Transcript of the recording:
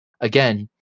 again